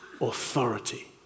authority